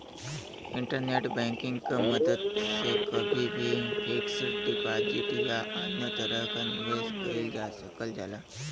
internet banking क मदद से कभी भी फिक्स्ड डिपाजिट या अन्य तरह क निवेश कइल जा सकल जाला